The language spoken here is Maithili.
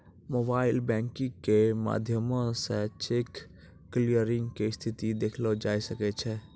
मोबाइल बैंकिग के माध्यमो से चेक क्लियरिंग के स्थिति देखलो जाय सकै छै